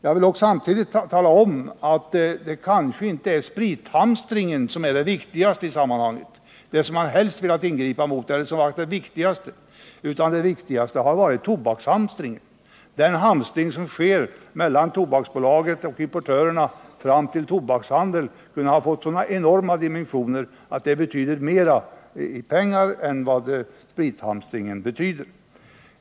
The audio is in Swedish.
Jag vill dock samtidigt tala om att det kanske inte är sprithamstringen som är det viktigaste i sammanhanget och det som man helst velat ingripa mot, utan det viktigaste har varit tobakshamstringen, den hamstring som sker i ledet fram till tobakshandeln från Tobaksbolaget och importörerna. Den kunde ha fått enorma dimensioner och gäller betydligt mer i pengar räknat än sprithamstringen.